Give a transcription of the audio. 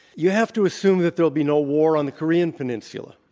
you have to assume that there will be no war on the korean peninsula.